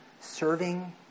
serving